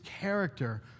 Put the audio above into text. character